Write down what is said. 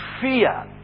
fear